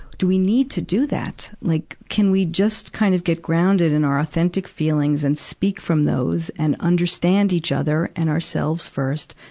do we need to do that? like, can we just kind of get grounded in our authentic feelings and speak from those and understand each other and ourselves first?